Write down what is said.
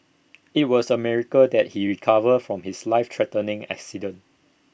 IT was A miracle that he recovered from his life threatening accident